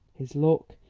his look,